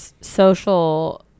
social